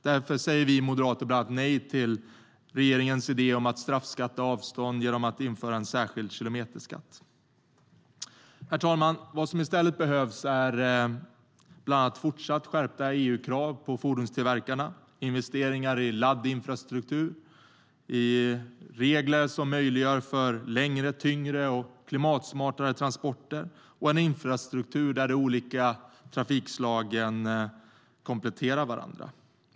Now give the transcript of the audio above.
Därför säger vi moderater nej till regeringens idé om att straffbeskatta avstånd genom en särskild kilometerskatt. Herr talman! Vad som i stället behövs är bland annat fortsatt skärpta EU-krav på fordonstillverkarna, investeringar i laddinfrastruktur, regler som möjliggör längre, tyngre och klimatsmartare transporter och en infrastruktur där de olika transportslagen kompletterar varandra.